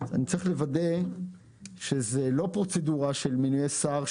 אני צריך לוודא שזו לא פרוצדורה של מינויי שר,